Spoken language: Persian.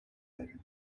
داریم